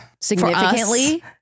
significantly